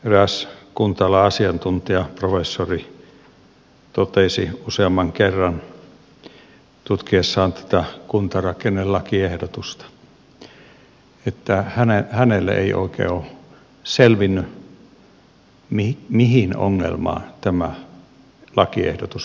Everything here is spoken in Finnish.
eräs kunta alan asiantuntija professori totesi useamman kerran tutkiessaan tätä kuntarakennelakiehdotusta että hänelle ei oikein ole selvinnyt mihin ongelmaan tämä lakiehdotus on ratkaisu